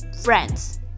friends